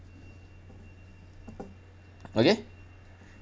okay